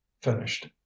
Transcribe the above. finished